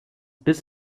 bis